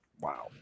wow